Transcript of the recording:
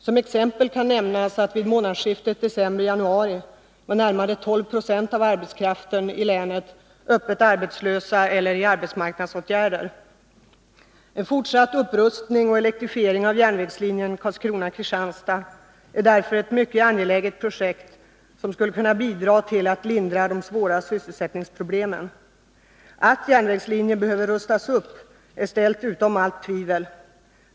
Som exempel kan nämnas att vid månadsskiftet december-januari närmare 12976 av arbetskraften i länet var öppet arbetslös eller sysselsatt i arbetsmarknadsåtgärder. En fortsatt upprustning och elektrifiering av järnvägslinjen Karlskrona-Kristianstad är därför ett mycket angeläget projekt, som skulle kunna bidra till att lindra de svåra sysselsättningsproblemen. Att järnvägslinjen behöver rustas upp är ställt utom allt tvivel.